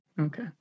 okay